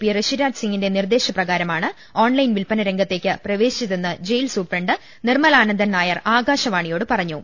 P Rishiraj സിങ്ങിന്റെ നിർദേശ പ്രകാരമാണ് ഓൺലൈൻ വിൽപന രംഗത്തേക്ക് പ്രവേശിച്ചതെന്ന് ജയിൽ സൂപ്രണ്ട് നിർമലാനന്ദൻ നായർ ആകാശവാണിയോട് പറഞ്ഞു